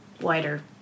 wider